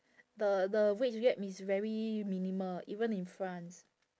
the the wage gap is very minimal even in france